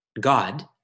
God